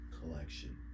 collection